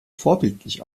vorbildlich